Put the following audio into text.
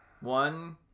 one